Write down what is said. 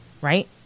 right